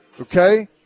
okay